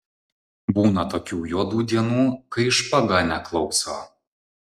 būna tokių juodų dienų kai špaga neklauso